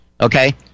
okay